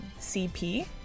CP